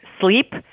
sleep